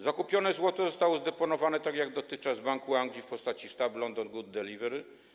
Zakupione złoto zostało zdeponowane tak jak dotychczas w Banku Anglii w postaci sztab London Good Delivery.